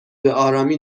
بهآرامی